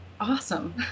Awesome